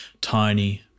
tiny